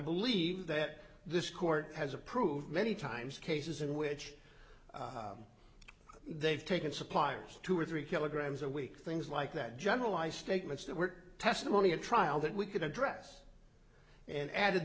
believe that this court has approved many times cases in which they've taken suppliers two or three kilograms a week things like that generalized statements that were testimony at trial that we could address and added